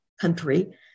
country